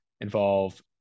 involve